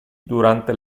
durante